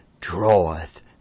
draweth